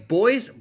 boys